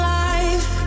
life